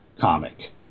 comic